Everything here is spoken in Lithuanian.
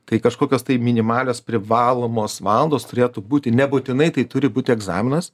tai kažkokios tai minimalios privalomos valandos turėtų būti nebūtinai tai turi būti egzaminas